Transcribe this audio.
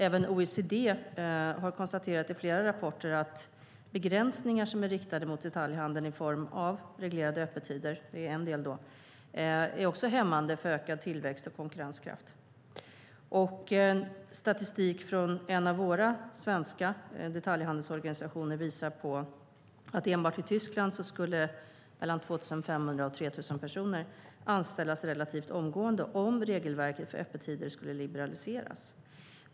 Även OECD har i flera rapporter konstaterat att begränsningar som är riktade mot detaljhandeln i form av reglerade öppettider är hämmande för ökad tillväxt och konkurrenskraft. Statistik från en av våra svenska detaljhandelsorganisationer visar att enbart i Tyskland skulle 2 500-3 000 personer anställas relativt omgående om regelverket för öppettider skulle liberaliseras.